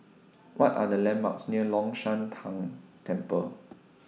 What Are The landmarks near Long Shan Tang Temple